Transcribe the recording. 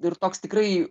ir toks tikrai